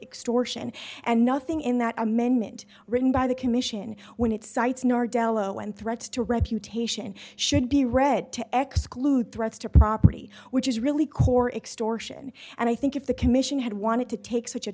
extortion and nothing in that amendment written by the commission when it cites nor delo and threats to refutation should be read to x clue threats to property which is really core extortion and i think if the commission had wanted to take such a